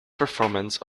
performance